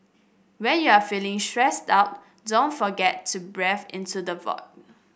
when you are feeling stressed out don't forget to breathe into the void